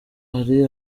hari